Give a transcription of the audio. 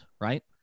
right